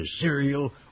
cereal